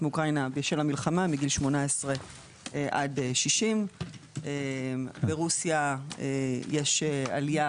מאוקראינה בשל המלחמה מגיל 18 עד 60. ברוסיה יש עלייה,